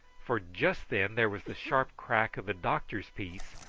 for just then there was the sharp crack of the doctor's piece,